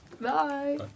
Bye